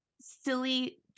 silly